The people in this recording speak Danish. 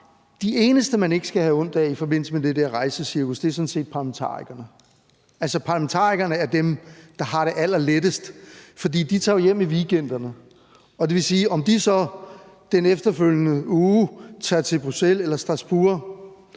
De eneste, man ikke skal have ondt af i forbindelse med det der rejsecirkus, er sådan set parlamentarikerne. Altså, parlamentarikerne er dem, der har det allerlettest, for de tager jo hjem i weekenderne, og det vil sige, at om de så den efterfølgende uge tager til Bruxelles eller Strasbourg